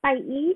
拜一